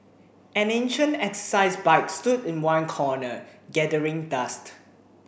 an ancient exercise bike stood in one corner gathering dust